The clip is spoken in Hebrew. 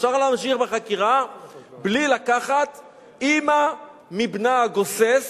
אפשר להמשיך בחקירה בלי לקחת אמא מבנה הגוסס